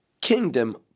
kingdom